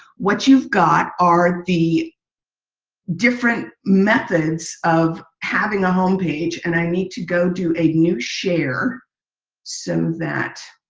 what you've got are the different methods of having a home page. and i need to go do a new share so that